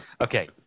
Okay